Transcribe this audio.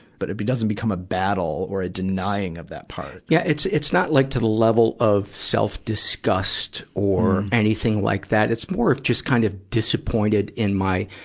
but it but doesn't become a battle or a denying of that part. yeah it's, it's not like to the level of self-disgust or anything like that. it's more of just kind of disappointed in my,